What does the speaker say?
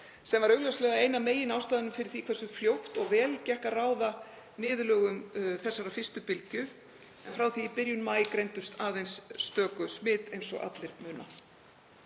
sem var augljóslega ein af meginástæðunum fyrir því hversu fljótt og vel gekk að ráða niðurlögum þessarar fyrstu bylgju, en frá því í byrjun maí greindust aðeins stöku smit eins og allir muna.